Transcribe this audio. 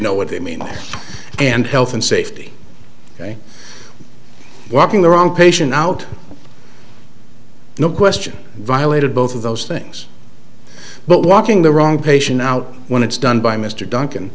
know what they mean and health and safety walking the wrong patient out no question violated both of those things but walking the wrong patient out when it's done by mr duncan